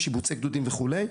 שיבוצי גדודים וכולי.